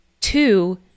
Two